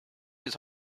his